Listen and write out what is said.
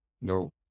no